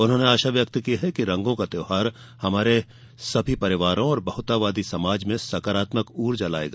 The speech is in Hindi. उन्होंने आशा व्यक्त की है कि रंगो का त्यौहार हमारे सभी परिवारों और बहुतावादी समाज में सकारात्मक ऊर्जा लाएगा